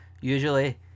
Usually